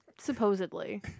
Supposedly